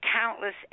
countless